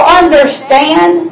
understand